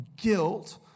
Guilt